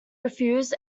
refused